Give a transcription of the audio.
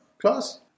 Class